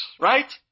right